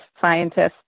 scientists